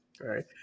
right